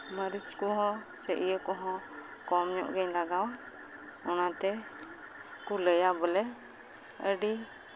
ᱢᱟᱹᱨᱤᱪ ᱠᱚᱦᱚᱸ ᱥᱮ ᱤᱭᱟᱹ ᱠᱚᱦᱚᱸ ᱠᱚᱢ ᱧᱚᱜ ᱜᱤᱧ ᱞᱟᱜᱟᱣᱟ ᱚᱱᱟᱛᱮ ᱠᱚ ᱞᱟᱹᱭᱟ ᱵᱚᱞᱮ ᱟᱹᱰᱤ